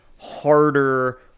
harder